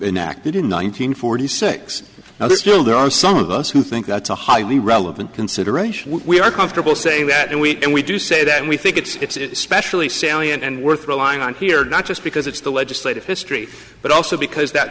that in nineteen forty six now this year there are some of us who think that's a highly relevant consideration we are comfortable saying that and we and we do say that we think it's especially salient and worth relying on here not just because it's the legislative history but also because that